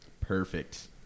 Perfect